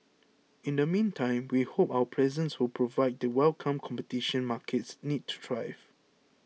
in the meantime we hope our presence will provide the welcome competition markets need to thrive